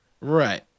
Right